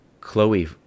Chloe